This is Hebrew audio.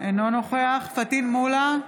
אינו נוכח פטין מולא,